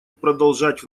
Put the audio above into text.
продолжать